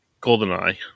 GoldenEye